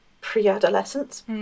pre-adolescence